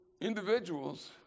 individuals